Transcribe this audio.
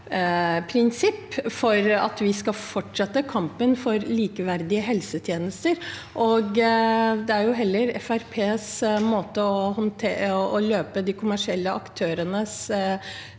for at vi skal fortsette kampen for likeverdige helsetjenester. Det er heller Fremskrittspartiets måte å løpe de kommersielle aktørenes